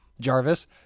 Jarvis